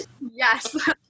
yes